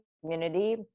community